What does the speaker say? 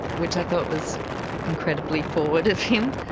which i thought was incredibly forward of him.